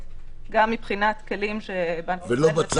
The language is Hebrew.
לגבי טכנולוגיות --- שזה יכול להיות מה שעושים הבנקים.